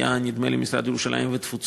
נדמה לי שאז הוא היה משרד ירושלים והתפוצות,